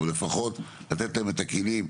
אבל לפחות לתת להם את הכלים,